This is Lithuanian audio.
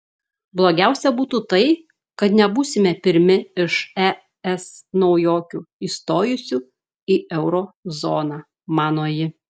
blogiausia būtų tai kad nebūsime pirmi iš es naujokių įstojusių į euro zoną mano ji